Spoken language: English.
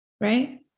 Right